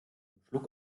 beim